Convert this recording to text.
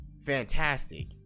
fantastic